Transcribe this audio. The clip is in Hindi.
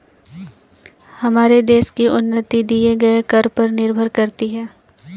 हमारे देश की उन्नति दिए गए कर पर निर्भर करती है